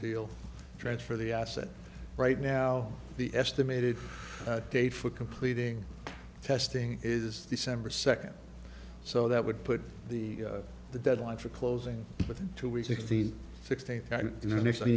deal transfer the asset right now the estimated date for completing testing is the center second so that would put the the deadline for closing within two weeks sixteen sixteen th